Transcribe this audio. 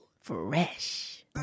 fresh